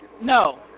no